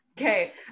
Okay